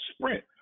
sprint